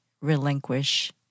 relinquish